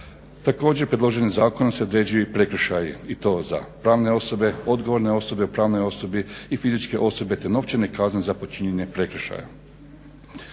Također, predloženim zakonom se određuje i prekršaj i to za pravne osobe, odgovorne osobe u pravnoj osobi i fizičke osobe te novčane kazne za počinjenje prekršaja.